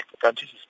countries